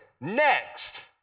next